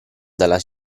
dalla